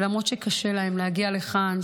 ולמרות שקשה להן להגיע לכאן,